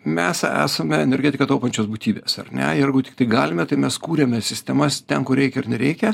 mes esame energetiką taupančios būtybės ar ne jeigu tiktai galime tai mes kūrėmės sistemas ten kur reikia ir nereikia